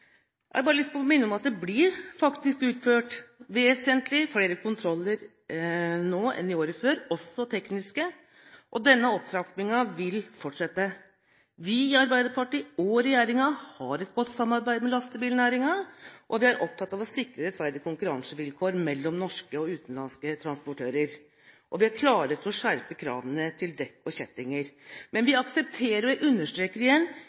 Jeg har bare lyst til å minne om at det faktisk blir utført vesentlig flere kontroller nå enn i året før, også tekniske, og denne opptrappingen vil fortsette. Vi i Arbeiderpartiet og regjeringen har et godt samarbeid med lastebilnæringen. Vi er opptatt av å sikre rettferdige konkurransevilkår mellom norske og utenlandske transportører, og vi er klare til å skjerpe kravene til dekk og kjettinger. Men vi aksepterer ikke – jeg understreker det igjen